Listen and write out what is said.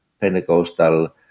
Pentecostal